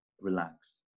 relax